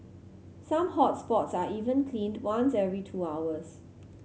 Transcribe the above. some hot spots are even cleaned once every two hours